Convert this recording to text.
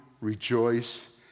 rejoice